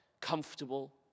comfortable